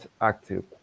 active